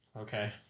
Okay